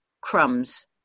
crumbs